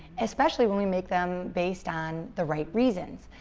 especially when we make them based on the right reasons.